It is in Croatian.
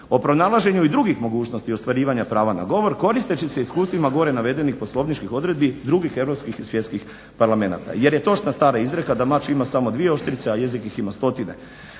o pronalaženju i drugih mogućnosti ostvarivanja prava na govor koristeći se iskustvima gore navedenih poslovničkih odredbi drugih europskih i svjetskih parlamenata jer je točna stara izreka da mač ima samo dvije oštrice, a jezik ih ima stotine.